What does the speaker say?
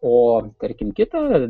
o tarkim kitą